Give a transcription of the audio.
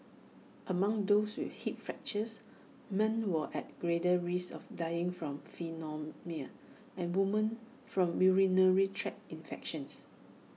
among those with hip fractures men were at greater risk of dying from pneumonia and women from urinary tract infections